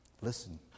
Listen